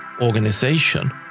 organization